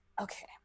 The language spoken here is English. Okay